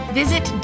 visit